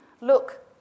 look